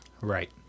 Right